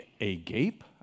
agape